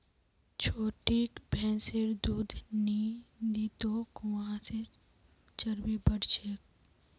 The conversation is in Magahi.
छोटिक भैंसिर दूध नी दी तोक वहा से चर्बी बढ़ छेक